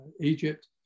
Egypt